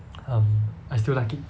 um I still like it